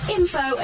info